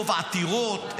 עתירות.